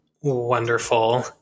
wonderful